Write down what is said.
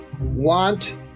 want